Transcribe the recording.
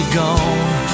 gone